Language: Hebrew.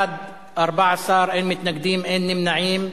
בעד, 14, אין מתנגדים, אין נמנעים.